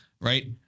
right